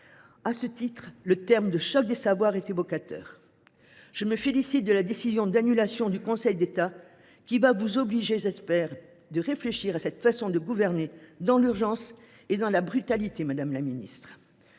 À ce titre, l’expression « choc des savoirs » est évocatrice. Je me félicite de la décision d’annulation du Conseil d’État, qui va vous obliger, je l’espère, à réfléchir sur cette manière de gouverner dans l’urgence et dans la brutalité, madame la ministre.